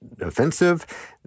offensive